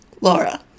Laura